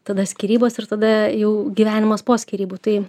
tada skyrybos ir tada jau gyvenimas po skyrybų tai